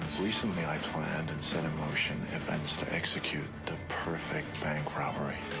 recently, i planned and set in motion events to execute the perfect bank robbery.